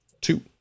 Two